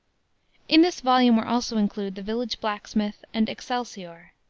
in this volume were also included the village blacksmith and excelsior.